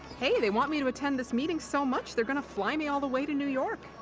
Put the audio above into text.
hey, they want me to attend this meeting so much they're gonna fly me all the way to new york.